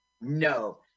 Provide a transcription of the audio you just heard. No